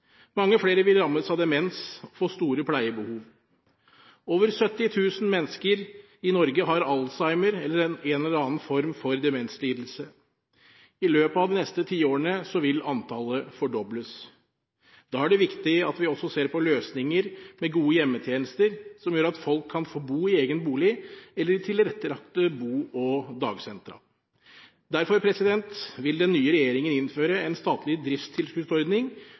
Mange flere vil rammes av demens og få store pleiebehov. Over 70 000 mennesker i Norge har alzheimer eller en eller annen form for demenslidelse. I løpet av de neste tiårene vil antallet fordobles. Da er det viktig at vi også ser på løsninger med gode hjemmetjenester, som gjør at folk kan få bo i egen bolig eller i tilrettelagte bo- og dagsentra. Derfor vil den nye regjeringen innføre en statlig driftstilskuddsordning